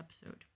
episode